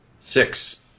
Six